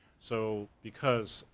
so because,